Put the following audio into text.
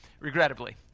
Regrettably